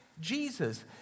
Jesus